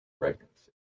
pregnancy